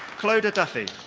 clodagh duffy.